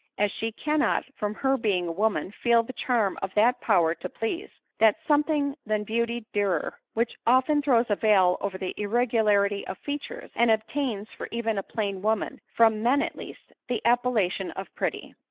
as she cannot, from her being a woman, feel the charm of that power to please, that something than beauty dearer which often throws a veil over the irregularity of features, and obtains, for even a plain woman, from men at least, the appellation of pretty.